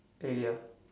really ah